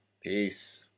Peace